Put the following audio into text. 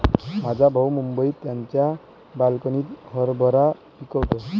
माझा भाऊ मुंबईत त्याच्या बाल्कनीत हरभरा पिकवतो